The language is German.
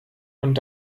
und